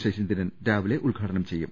ശശീന്ദ്രൻ രാവിലെ ഉദ്ഘാടനം ചെയ്യും